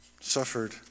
suffered